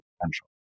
potential